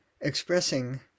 expressing